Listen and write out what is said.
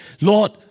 Lord